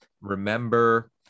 remember